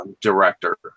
Director